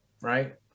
right